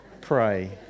Pray